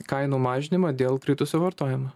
kainų mažinimą dėl kritusio vartojimo